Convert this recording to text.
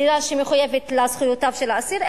מדינה שמחויבת לזכויותיו של האסיר,